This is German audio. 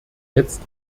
jetzt